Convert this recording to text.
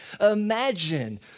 Imagine